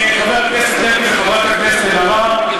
חבר הכנסת לוי וחברת הכנסת אלהרר,